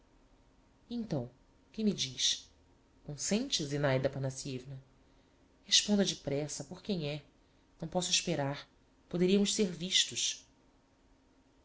então que me diz consente zinaida aphanassievna responda depressa por quem é não posso esperar poderiamos ser vistos